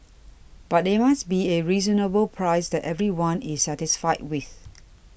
but it must be a reasonable price that everyone is satisfied with